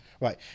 Right